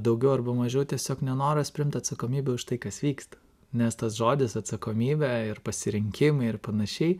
daugiau arba mažiau tiesiog nenoras priimt atsakomybę už tai kas vyksta nes tas žodis atsakomybė ir pasirinkimai ir panašiai